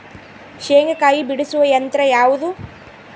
ಶೇಂಗಾಕಾಯಿ ಬಿಡಿಸುವ ಯಂತ್ರ ಯಾವುದು?